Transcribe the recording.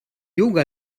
yoga